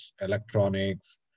electronics